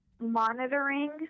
monitoring